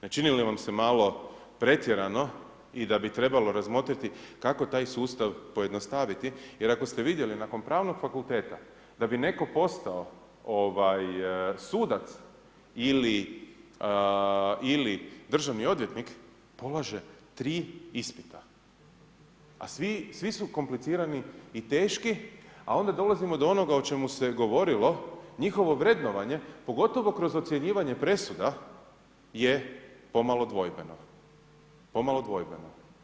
Ne čini li vam se malo pretjerano i da bi trebalo razmotriti kako taj sustav pojednostaviti jer ako ste vidjeli nakon pravnog fakulteta da bi netko postao sudac ili državni odvjetnik polaže tri ispita a svi, svi su komplicirani i teški a onda dolazimo do onoga o čemu se govorilo, njihovo vrednovanje, pogotovo kroz ocjenjivanje presuda je pomalo dvojbeno, pomalo dvojbeno.